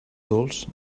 dolç